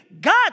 God